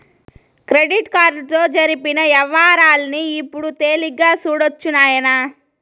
credit కార్డుతో జరిపిన యవ్వారాల్ని ఇప్పుడు తేలిగ్గా సూడొచ్చు నాయనా